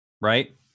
right